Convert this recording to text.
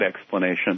explanation